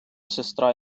сестра